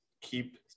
keep